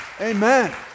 Amen